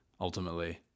ultimately